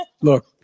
Look